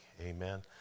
Amen